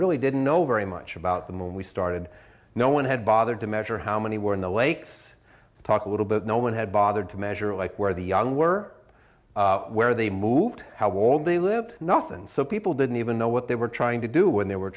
really didn't know very much about them and we started no one had bothered to measure how many were in the lakes talk a little bit no one had bothered to measure like where the young were where they moved how old they lived enough and so people didn't even know what they were trying to do when they were